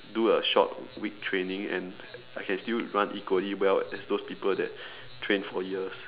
do a short week training and I can still run equally well as those people that train for years